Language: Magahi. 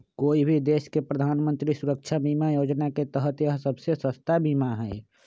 कोई भी देश के प्रधानमंत्री सुरक्षा बीमा योजना के तहत यह सबसे सस्ता बीमा हई